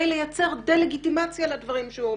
לייצר דה-לגיטימציה לדברים שהוא אומר.